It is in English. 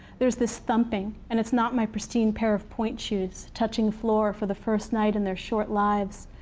there's this thumping, and it's not my pristine pair of point shoes touching floor for the first night in their short lives.